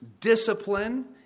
discipline